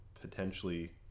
potentially